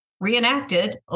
reenacted